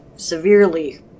severely